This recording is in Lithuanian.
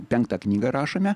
penktą knygą rašome